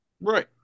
Right